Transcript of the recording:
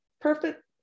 perfect